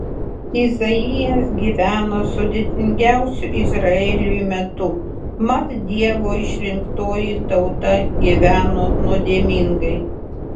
izaijas gyveno sudėtingiausiu izraeliui metu mat dievo išrinktoji tauta gyveno nuodėmingai